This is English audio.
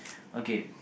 okay